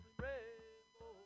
rainbow